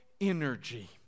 energy